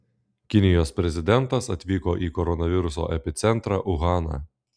kinijos prezidentas atvyko į koronaviruso epicentrą uhaną